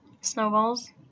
snowballs